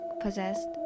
possessed